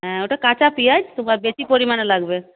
হ্যাঁ ওটা কাঁচা পেঁয়াজ তো বেশি পরিমানে লাগবে